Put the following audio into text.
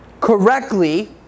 correctly